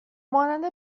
مانند